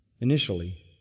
initially